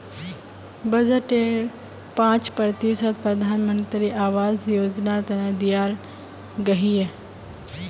बजटेर पांच प्रतिशत प्रधानमंत्री आवास योजनार तने दियाल गहिये